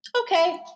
okay